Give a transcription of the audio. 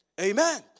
Amen